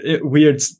weird